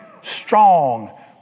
Strong